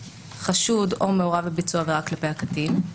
חשוד או מעורב בביצוע עבירה כלפי הקטין.